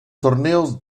torneos